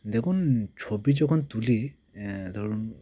দেখুন ছবি যখন তুলি ধরুন